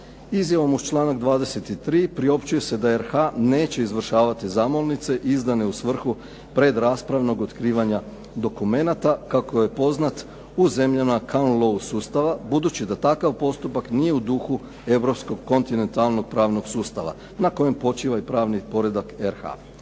Izjavom uz članak 23. priopćuje se da RH neće izvršavati zamolnice izdane u svrhu predraspravnog otkrivanja dokumenata, kako je poznat u zemljama ... /Govornik se ne razumije./ ... budući da takav postupak nije u duhu europskog kontinentalnog pravnog sustava na kojem počivaju pravni poredak RH.